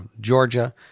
Georgia